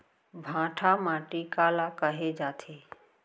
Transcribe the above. भांटा माटी काला कहे जाथे?